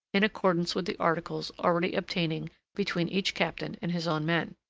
in accordance with the articles already obtaining between each captain and his own men.